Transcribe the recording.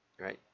Right